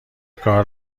کار